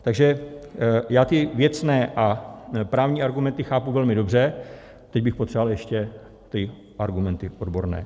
Takže já ty věcné a právní argumenty chápu velmi dobře, teď bych potřeboval ještě ty argumenty odborné.